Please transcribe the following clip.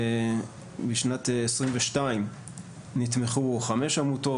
בשנת 2022 נתמכו חמש עמותות,